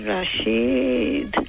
Rashid